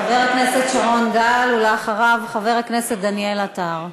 חבר הכנסת שרון גל, ולאחריו, חבר הכנסת דניאל עטר.